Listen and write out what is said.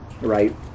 right